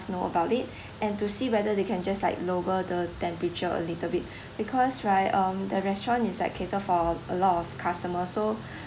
know about it and to see whether they can just like lower the temperature a little bit because right um the restaurant is like catered for a lot of customer so